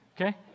Okay